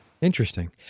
Interesting